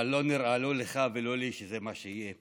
אבל לא נראה, לא לך ולא לי, שזה מה שיהיה.